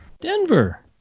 Denver